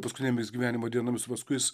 paskutinėmis gyvenimo dienomis paskui jis